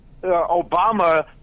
Obama